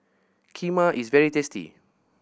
kheema is very tasty